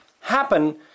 happen